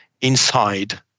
inside